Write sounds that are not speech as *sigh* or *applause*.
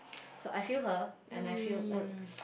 so I feel her and I feel *noise*